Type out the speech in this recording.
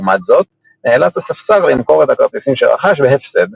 לעומת זאת נאלץ הספסר למכור את הכרטיסים שרכש בהפסד.